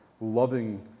loving